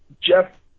Jeff